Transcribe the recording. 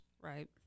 Right